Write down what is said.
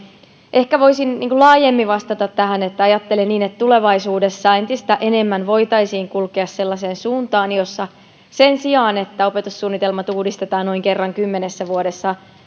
ehkä voisin laajemmin vastata tähän että ajattelen niin että tulevaisuudessa entistä enemmän voitaisiin kulkea sellaiseen suuntaan jossa sen sijaan että opetussuunnitelmat uudistetaan noin kerran kymmenessä vuodessa